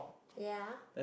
ya